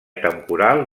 temporal